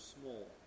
small